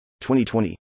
2020